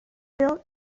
built